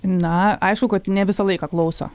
na aišku kad ne visą laiką klauso